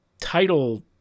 title